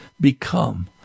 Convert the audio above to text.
become